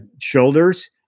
shoulders